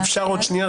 עוד שנייה.